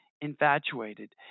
infatuated